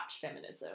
feminism